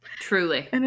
truly